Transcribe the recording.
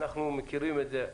אנחנו מכירים את זה.